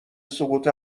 سقوط